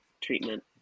treatment